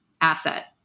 asset